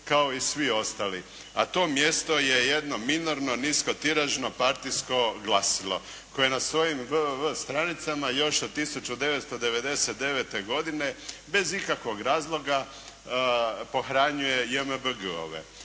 kao i svi ostali, a to mjesto je jedno minorno, niskotiražno, partijsko glasilo koje na svojim www stranicama još od 1999. godine bez ikakvog razloga pohranjuje JMBG-ove.